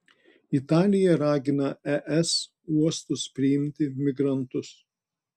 italija ragina es uostus priimti migrantus